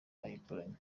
bayikoranye